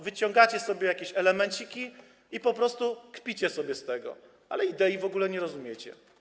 Wyciągacie sobie jakieś elemenciki i po prostu kpicie sobie z tego, ale idei w ogóle nie rozumiecie.